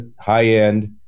high-end